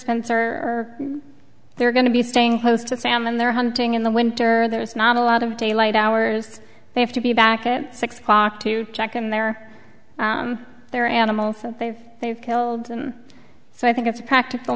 spencer they're going to be staying close to salmon they're hunting in the winter there's not a lot of daylight hours they have to be back at six o'clock to check in their their animals that they've they've killed so i think it's a practical